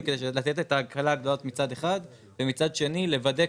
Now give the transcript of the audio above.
כדי לתת את ההקלה מצד אחד ומצד שני לוודא,